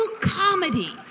comedy